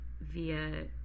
via